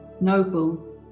Noble